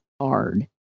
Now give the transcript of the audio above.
hard